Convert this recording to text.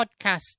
Podcast